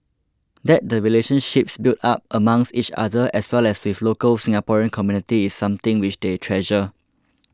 that the relationships built up amongst each other as well as with local Singaporean community is something which they treasure